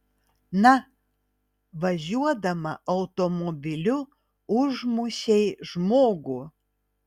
na važiuodama automobiliu užmušei žmogų